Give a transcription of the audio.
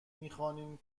میخوانیم